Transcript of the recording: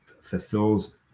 fulfills